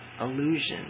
illusion